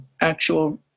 actual